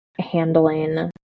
handling